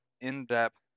in-depth